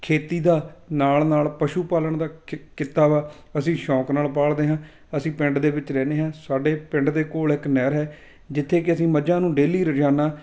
ਖੇਤੀ ਦਾ ਨਾਲ ਨਾਲ ਪਸ਼ੂ ਪਾਲਣ ਦਾ ਕਿ ਕਿੱਤਾ ਵਾ ਅਸੀਂ ਸ਼ੌਂਕ ਨਾਲ ਪਾਲਦੇ ਹਾਂ ਅਸੀਂ ਪਿੰਡ ਦੇ ਵਿੱਚ ਰਹਿੰਦੇ ਹਾਂ ਸਾਡੇ ਪਿੰਡ ਦੇ ਕੋਲ ਇੱਕ ਨਹਿਰ ਹੈ ਜਿੱਥੇ ਕਿ ਅਸੀਂ ਮੱਝਾਂ ਨੂੰ ਡੇਲੀ ਰੋਜ਼ਾਨਾ